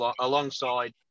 alongside